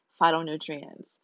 phytonutrients